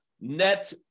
net